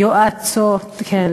כן,